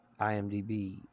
imdb